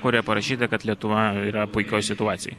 kurioje parašyta kad lietuva yra puikioj situacijoj